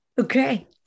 Okay